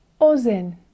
Ozen